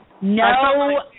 No